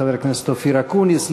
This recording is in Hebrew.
חבר הכנסת אופיר אקוניס,